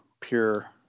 pure